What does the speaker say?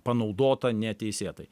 panaudota neteisėtai